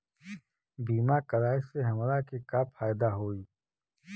बीमा कराए से हमरा के का फायदा होई?